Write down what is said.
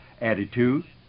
attitude